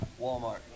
Walmart